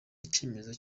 icyemezo